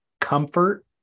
comfort